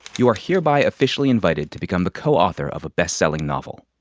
you are hereby officially invited to become the co-author of a bestselling novel.